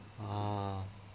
ah